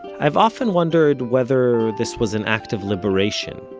i've often wondered whether this was an act of liberation,